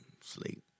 Sleep